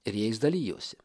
ir jais dalijosi